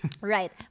Right